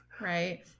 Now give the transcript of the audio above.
right